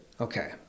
Okay